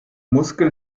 muskel